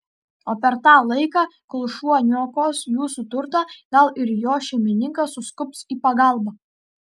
o per tą laiką kol šuo niokos jūsų turtą gal ir jo šeimininkas suskubs į pagalbą